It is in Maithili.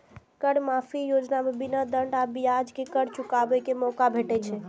कर माफी योजना मे बिना दंड आ ब्याज के कर चुकाबै के मौका भेटै छै